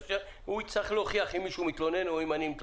הוא יצטרך להוכיח אם מישהו מתלונן או אם אני מתלונן.